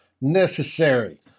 necessary